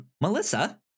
Melissa